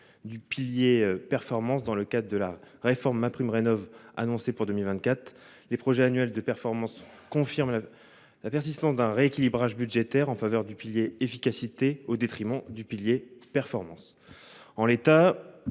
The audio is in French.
du pilier « performance » dans le cadre de la réforme de MaPrimeRénov’ annoncée pour 2024. Les projets annuels de performances (PAP) confirment la persistance d’un déséquilibre budgétaire en faveur du pilier « efficacité », au détriment du pilier « performance